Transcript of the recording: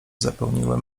zapełniły